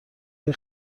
های